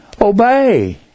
obey